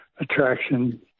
attraction